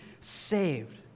saved